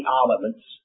armaments